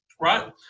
right